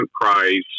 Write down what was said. Price